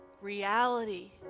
reality